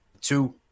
two